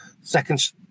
second